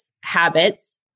habits